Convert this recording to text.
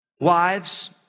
Wives